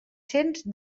cents